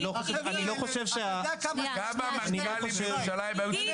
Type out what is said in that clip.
אני לא חושב ש --- למה המנכ"לים בירושלים היו צריכים